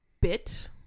bit